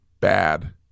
bad